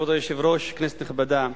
כבוד היושב-ראש, כנסת נכבדה,